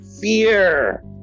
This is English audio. fear